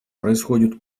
происходит